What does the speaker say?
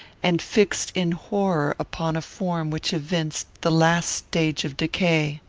and fixed in horror upon a form which evinced the last stage of decay.